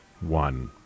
one